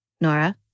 Nora